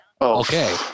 Okay